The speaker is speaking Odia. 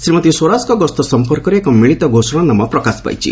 ଶ୍ରୀମତୀ ସ୍ୱରାଜଙ୍କ ଗସ୍ତ ସମ୍ପର୍କରେ ଏକ ମିଳିତ ଘୋଷଣାନାମା ପ୍ରକାଶ ପାଇଛି